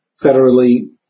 federally